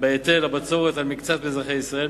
בהיטל הבצורת על מקצת מאזרחי ישראל,